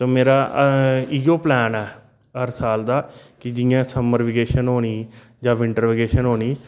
ते मेरा इयौ प्लैन ऐ हर साल दा कि जियां समर वेकेशन होनी जां विंटर वेकेशन होनी